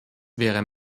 wäre